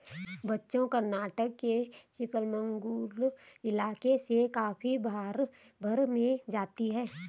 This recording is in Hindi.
बच्चों कर्नाटक के चिकमंगलूर इलाके से कॉफी भारत भर में जाती है